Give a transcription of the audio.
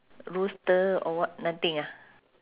rooster or what nothing ah